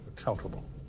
accountable